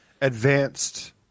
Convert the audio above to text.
advanced